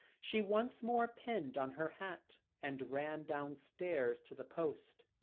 she once more pinned on her hat, and ran downstairs to the post.